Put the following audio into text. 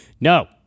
No